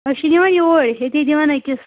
أسۍ چھِ نِوان یوٗرۍ ییٚتی دِوان أکِس